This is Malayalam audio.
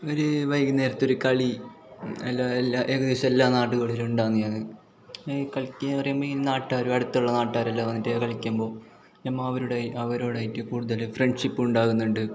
ഇവർ വൈകുന്നേരത്തെ ഒരു കളി അല്ല എല്ലാ ഏകദേശം എല്ലാ നാടുകളിലും ഉണ്ടാകുന്നതാണ് ഈ കളിക്കുക പറയുമ്പോൾ ഈ നാട്ടുകാരും അടുത്തുള്ള നാട്ടുകാരെല്ലാം വന്നിട്ട് കളിക്കുമ്പോൾ ഞമ്മ അവരോട് അവരോടായിട്ട് കൂട്തൽ ഫ്രണ്ട്ഷിപ്പുണ്ടാവുന്നുണ്ട്